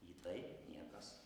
į tai niekas